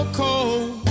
cold